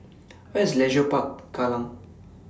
Where IS Leisure Park Kallang